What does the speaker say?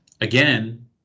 Again